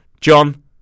John